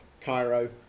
Cairo